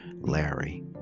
Larry